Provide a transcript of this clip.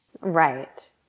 Right